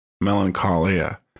melancholia